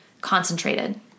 concentrated